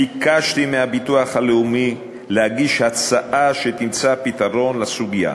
ביקשתי מהביטוח הלאומי להגיש הצעה שתמצא פתרון לסוגיה.